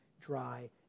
dry